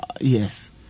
yes